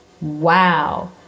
Wow